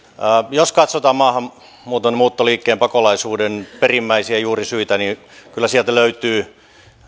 jos katsotaan maahanmuuton muuttoliikkeen pakolaisuuden perimmäisiä juurisyitä niin kyllä sieltä löytyy